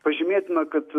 pažymėtina kad